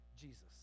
Jesus